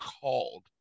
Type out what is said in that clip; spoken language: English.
called